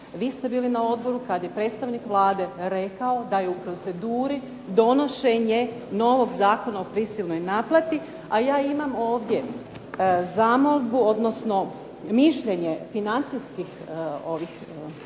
vi ste bili na odboru kada je predstavnik Vlade rekao da je u proceduri donošenje novog Zakona o prisilnoj naplati, a ja imam ovdje zamolbu, odnosno mišljenje financijskih tvrtki